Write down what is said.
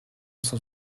sans